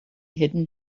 hidden